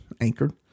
anchored